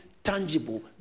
Tangible